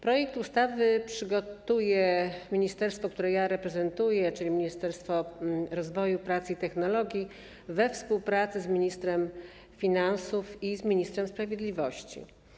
Projekt ustawy przygotuje ministerstwo, które ja reprezentuję, czyli Ministerstwo Rozwoju, Pracy i Technologii, we współpracy z ministrem finansów i z ministrem sprawiedliwości.